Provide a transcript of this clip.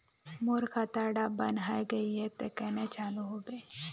मोर खाता डा बन है गहिये ते कन्हे चालू हैबे?